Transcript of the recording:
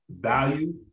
Value